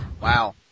Wow